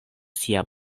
sia